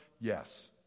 yes